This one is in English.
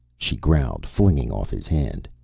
she growled, flinging off his hand.